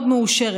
הקודמת,